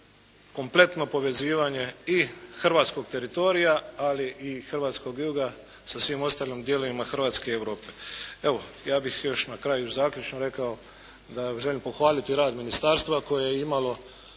kompletno povezivanje i hrvatskog teritorija, ali i hrvatskog juga sa svim ostalim dijelovima Hrvatske i Europe. Evo ja bih još na kraju zaključno rekao da želim pohvaliti rad ministarstva koje je imalo